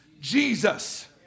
Jesus